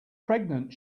pregnant